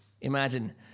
Imagine